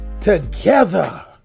together